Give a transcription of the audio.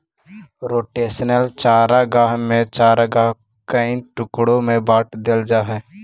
rotational चारागाह में चारागाह को कई टुकड़ों में बांट देल जा हई